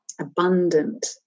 abundant